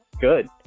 good